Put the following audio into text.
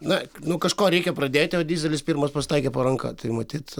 na nuo kažko reikia pradėti o dyzelis pirmas pasitaikė po ranka tai matyt